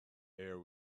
air